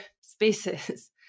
spaces